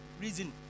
reason